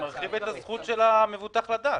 אני מרחיב את הזכות של המבוטח לדעת.